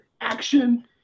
action